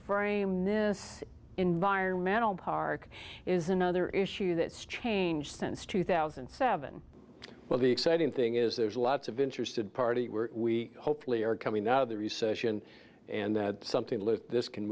frame this environmental park is another issue that's changed since two thousand and seven well the exciting thing is there's lots of interested parties were we hopefully are coming out of the recession and something like this can